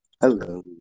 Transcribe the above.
Hello